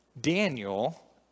Daniel